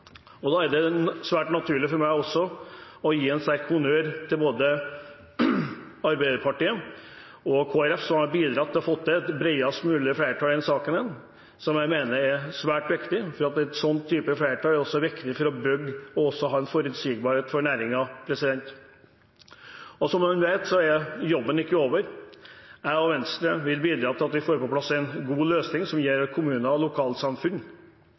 Da er det svært naturlig for meg også å gi en sterk honnør til både Arbeiderpartiet og Kristelig Folkeparti, som har bidratt til å få til et bredest mulig flertall i denne saken. Det mener jeg er svært viktig, for et flertall av den typen er også viktig for å bygge forutsigbarhet for næringen. Som man vet, er jobben ikke over. Jeg og Venstre vil bidra til at vi får på plass en god løsning som gir kommuner og lokalsamfunn